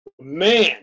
Man